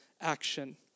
action